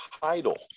title